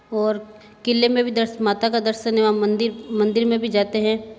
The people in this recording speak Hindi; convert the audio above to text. और किले में भी माता का दर्शन एवं मंदिर मंदिर में भी जाते हैं